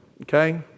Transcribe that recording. Okay